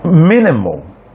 minimal